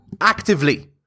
Actively